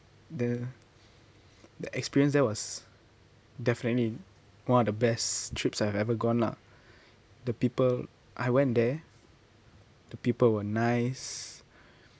the the experience there was definitely one of the best trips I've ever gone lah the people I went there the people were nice